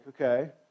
okay